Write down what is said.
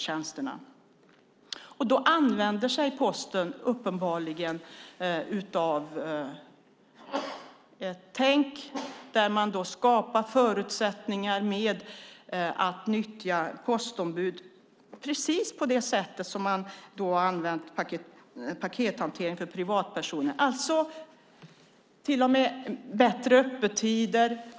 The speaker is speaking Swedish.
Posten använder uppenbarligen ett tänk där man skapar förutsättningar genom att nyttja postombud precis på samma sätt som man har gjort med pakethanteringen för privatpersoner. Det blir till och med bättre öppettider.